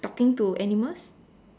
talking to animals